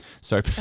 sorry